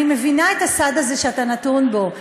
אני מבינה את הסד הזה שאתה נתון בו,